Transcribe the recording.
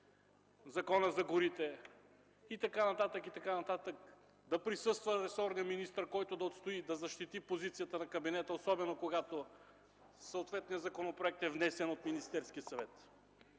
Законът за горите и така нататък, и така нататък, да присъства ресорният министър, който да отстои, да защити позицията на кабинета, особено когато съответният законопроект е внесен от Министерския съвет.